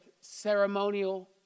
ceremonial